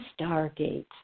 Stargate